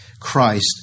Christ